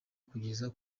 kugeza